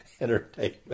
entertainment